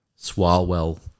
Swalwell